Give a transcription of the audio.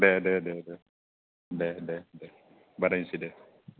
दे बानायनोसै दे